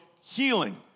healing